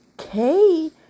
okay